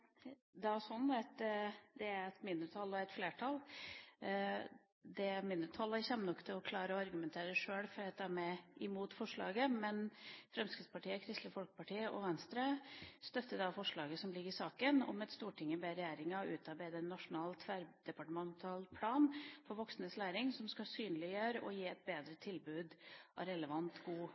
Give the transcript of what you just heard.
sånn at det er et mindretall og et flertall. Flertallet kommer nok sjøl til å klare å argumentere for at de er imot forslaget, men Fremskrittspartiet, Kristelig Folkeparti og Venstre støtter forslaget som ligger i saken: «Stortinget ber regjeringen utarbeide en nasjonal tverrdepartemental plan for voksnes læring som skal synliggjøre og gi et bedre tilbud av relevant og god